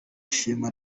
shima